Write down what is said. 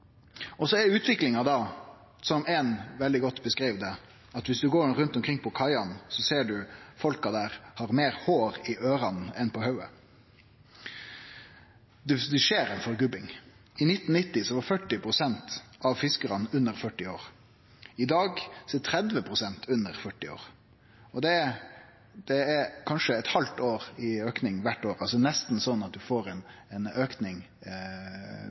Så er utviklinga slik, som éin veldig godt beskreiv det, at viss du går rundt omkring på kaiene, ser du at folka der har meir hår i øyra enn på hovudet. Det skjer ei forgubbing. I 1990 var 40 pst. av fiskarane under 40 år. I dag er 30 pst. under 40 år. Det er kanskje eit halvt år i auke kvart år, altså nesten sånn at du får ein auke år for år. Det er altså ein